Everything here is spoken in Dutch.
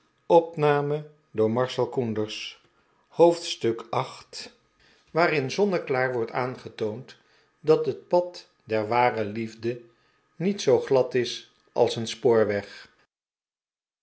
hoofdstuk viii waarin zonneklaar wordt aangetoond dat het pad der ware liefde niet zoo glad is als een spoorweg